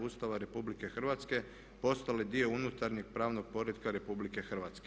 Ustava RH postale dio unutarnjeg pravnog poretka RH.